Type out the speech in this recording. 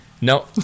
No